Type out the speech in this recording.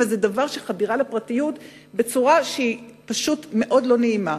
וזה דבר שהוא חדירה לפרטיות בצורה שהיא פשוט מאוד לא נעימה.